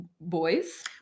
boys